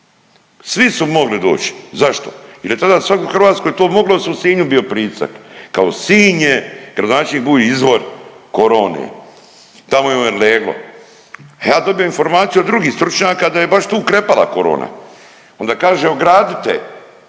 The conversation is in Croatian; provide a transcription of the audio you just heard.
svi su mogli doć. Zašto? Jel tad svak u Hrvatskoj to moglo se u Sinju bio pritisak, kao Sinj je i gradonačelnik Bulj izvor korone, tamo joj je leglo. A ja dobijem informaciju od drugih stručnjaka da je baš tu krepala korona. Onda kaže ogradite